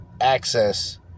access